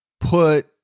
put